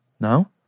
No